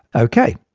okay.